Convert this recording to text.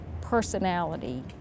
personality